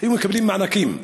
וקיבלו מענקים.